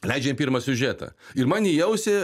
leidžia pirmą siužetą ir man į ausį